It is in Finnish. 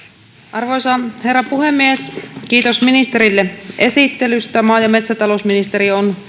arvoisa herra puhemies kiitos ministerille esittelystä maa ja metsätalousministeriö on